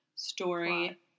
Story